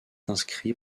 inscrit